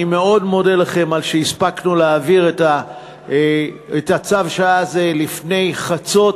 אני מאוד מודה לכם על שהספקנו להעביר את צו השעה הזה לפני חצות,